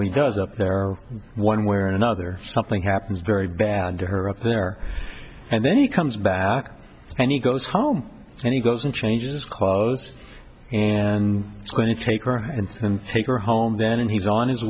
goes up there one way or another something happens very bad to her up there and then he comes back and he goes home and he goes and changes clothes and is going to take her and take her home then he's on his